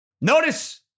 Notice